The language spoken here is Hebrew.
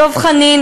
דב חנין,